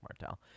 Martel